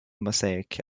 mosaic